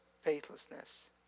faithlessness